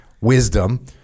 wisdom